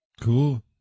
Cool